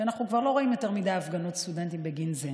שאנחנו כבר לא רואים יותר מדי הפגנות סטודנטים בגינם.